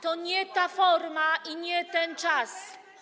To nie ta forma i nie ten czas.